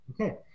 Okay